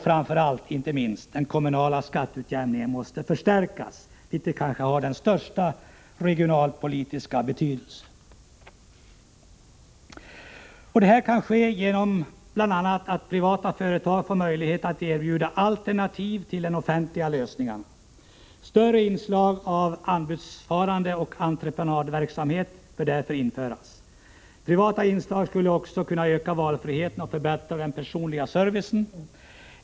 Framför allt måste den kommunala skatteutjämningen förstärkas, för den kanske har den största regionalpolitiska betydelsen. Detta kan ske genom bl.a. att privata företag får möjlighet att erbjuda alternativ till de offentliga lösningarna. Större inslag av anbudsförfarande och entreprenadverksamhet bör därför införas. Privata inslag skulle också kunna öka valfriheten och förbättra den personliga servicen.